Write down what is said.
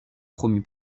promu